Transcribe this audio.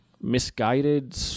misguided